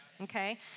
okay